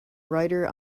writer